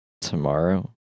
tomorrow